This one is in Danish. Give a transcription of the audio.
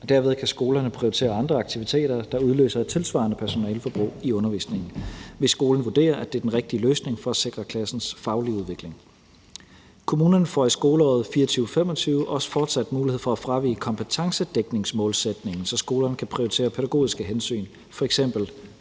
derved kan skolerne prioritere andre aktiviteter, der udløser et tilsvarende personaleforbrug i undervisningen, hvis skolen vurderer, at det er den rigtige løsning for at sikre klassens faglige udvikling. Kommunerne får i skoleåret 2024/25 også fortsat mulighed for at fravige kompetencedækningsmålsætningen, så skolerne kan prioritere pædagogiske hensyn, f.eks.